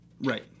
right